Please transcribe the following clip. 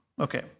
Okay